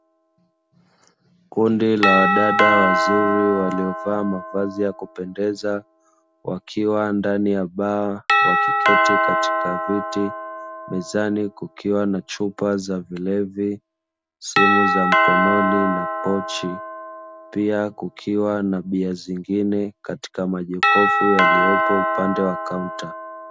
Kundi la wadada wazuri waliovaa mavazi ya kupendeza wakiwa ndani ya bar, wakiketi katika viti, mezani kukiwa na chupa za vilevi, simu za mkononi na pochi, pia kukiwa na bia zingine zilizopo kwenye majokofu upande wa kaunta.